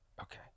Okay